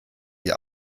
die